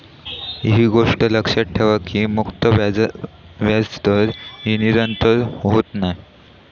ही गोष्ट लक्षात ठेवा की मुक्त व्याजदर ही निरंतर होत नाय